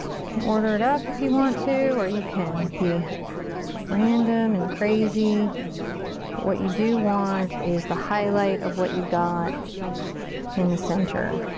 can order it up if you want to, or you can be random and crazy. but what you do want is the highlight of what you've got in the center.